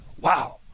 wow